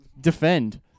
Defend